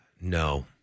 No